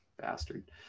Bastard